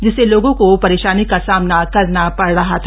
जिससे लोगों को परेशानी का सामना करना पड रहा था